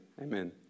amen